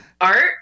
Art